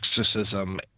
exorcism